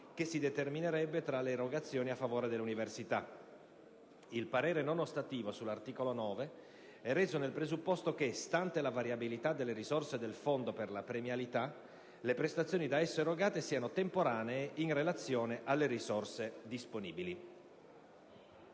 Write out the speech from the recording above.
che si determinerebbe tra le erogazioni a favore delle università. Il parere non ostativo sull'articolo 9 è reso nel presupposto che, stante la variabilità delle risorse del Fondo per la premialità, le prestazioni da esso erogate siano temporanee in relazione alle risorse disponibili».